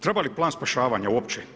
Treba li plan spašavanja uopće?